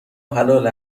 حلال